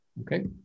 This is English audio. Okay